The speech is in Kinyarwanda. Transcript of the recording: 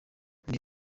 ndi